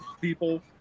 people